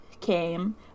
came